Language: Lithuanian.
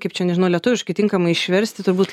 kaip čia nežinau lietuviškai tinkamai išversti turbūt